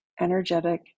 energetic